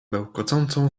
bełkocącą